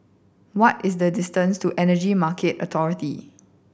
what is the distance to Energy Market Authority